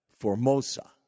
Formosa